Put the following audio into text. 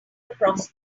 across